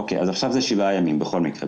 אוקיי, אז עכשיו זה שבעה ימים בכל מקרה.